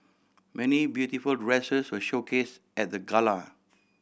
many beautiful dresses were showcase at the gala